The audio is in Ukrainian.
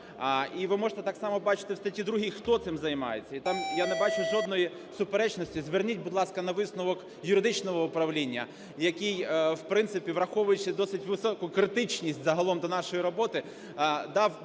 і ви можете так само бачити в статті 2, хто цим займається. І там я не бачу жодної суперечності. Зверніть, будь ласка, на висновок юридичного управління, який, в принципі, враховуючи досить високу критичність загалом до нашої роботи, дав доволі